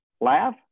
Laugh